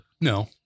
No